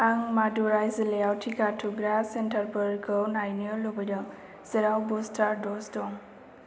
आं मादुराइ जिल्लायाव टिका थुग्रा सेन्टारफोरखौ नायनो लुगैदों जेराव बुस्टार द'ज दं